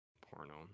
Porno